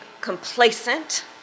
complacent